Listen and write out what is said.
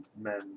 men